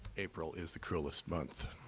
april is the cruelest month.